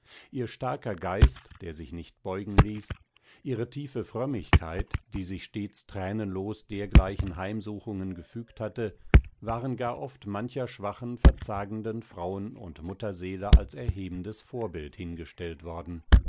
ihr starker geist der sich nicht beugen ließ ihre tiefe frömmigkeit die sich stets thränenlos dergleichen heimsuchungen gefügt hatte waren gar oft mancher schwachen verzagenden frauen und mutterseele als erhebendes vorbild hingestellt worden